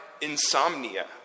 insomnia